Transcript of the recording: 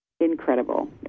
Incredible